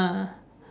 ah